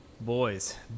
boys